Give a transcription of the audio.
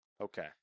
Okay